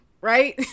right